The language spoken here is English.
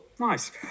nice